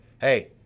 Hey